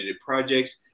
projects